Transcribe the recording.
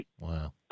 Wow